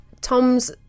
Tom's